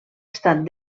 estat